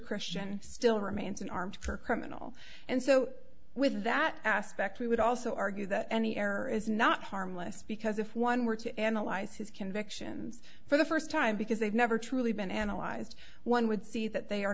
christian still remains an armed criminal and so with that aspect we would also argue that any error is not harmless because if one were to analyze his convictions for the first time because they've never truly been analyzed one would see that they are